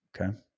Okay